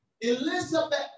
Elizabeth